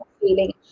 feeling